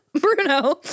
Bruno